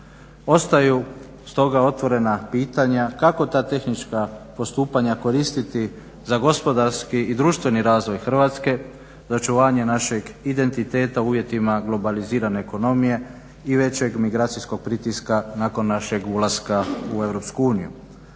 Ostaju stoga otvorena pitanja kako ta tehnička postupanja koristiti za gospodarski i društveni razvoj Hrvatske, za očuvanje našeg identiteta u uvjetima globalizirane ekonomije i većeg migracijskog pritiska nakon našeg ulaska u EU.